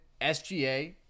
SGA